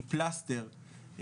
היא פלסטר,